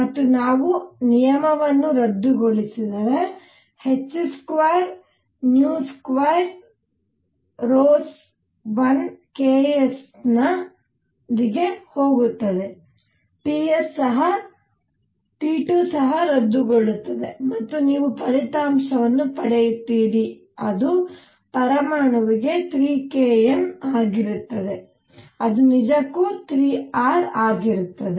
ಮತ್ತು ನಾವು ನಿಯಮಗಳನ್ನು ರದ್ದುಗೊಳಿಸಿದರೆ h22 rows 1 ks ನ 1 ks ನೊಂದಿಗೆ ಹೋಗುತ್ತದೆ ಮತ್ತು T2 ಸಹ ರದ್ದುಗೊಳ್ಳುತ್ತದೆ ಮತ್ತು ನೀವು ಫಲಿತಾಂಶವನ್ನು ಪಡೆಯುತ್ತೀರಿ ಅದು ಪರಮಾಣುವಿಗೆ 3kN ಆಗಿರುತ್ತದೆ ಅದು ನಿಜಕ್ಕೂ 3 R ಆಗಿರುತ್ತದೆ